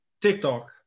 TikTok